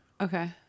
Okay